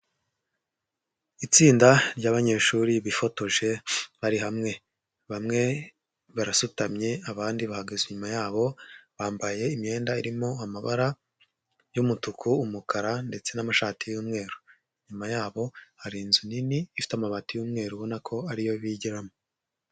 Itsinda ry'abanyeshuri bifotoje bari hamwe bamwe barasutamye abandi bahagaze inyuma yabo bambaye imyenda irimo amabara y'umutuku, umukara ndetse n'amashati y'umweru, inyuma yabo hari inzu nini ifite amabati y'umweru ubona ko ariyo bigiramo.